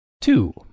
Two